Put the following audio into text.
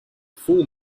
full